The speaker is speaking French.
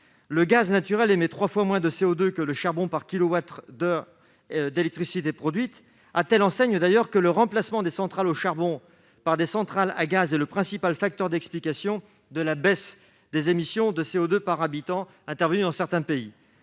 Le gaz naturel émet trois fois moins de CO2 par kilowattheure d'électricité produite que le charbon, à telle enseigne, d'ailleurs, que le remplacement des centrales à charbon par des centrales à gaz est le principal facteur d'explication de la baisse des émissions de CO2 par habitant intervenue dans certains pays.